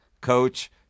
coach